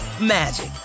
magic